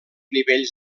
nivells